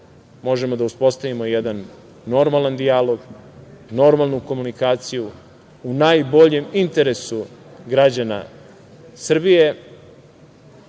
možemo da uspostavimo jedan normalan dijalog, normalnu komunikaciju, u najboljem interesu građana Srbije.